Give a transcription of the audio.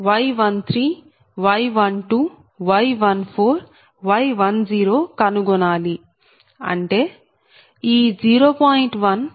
Y13 Y12 Y14 Y10 కనుగొనాలి అంటే ఈ 0